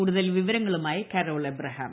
കൂടുതൽ വിവരങ്ങളുമായി കരോൾ എബ്രഹാം